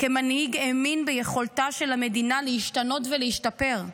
כמנהיג, האמין ביכולתה של המדינה להשתנות ולהשתפר.